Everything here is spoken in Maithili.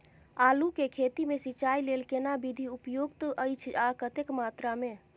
आलू के खेती मे सिंचाई लेल केना विधी उपयुक्त अछि आ कतेक मात्रा मे?